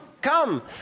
come